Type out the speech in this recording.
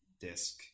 disk